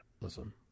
listen